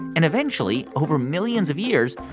and eventually, over millions of years,